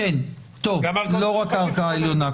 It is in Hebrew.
לא רק הערכאה העליונה,